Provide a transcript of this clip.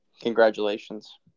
Congratulations